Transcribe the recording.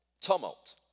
tumult